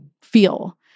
feel—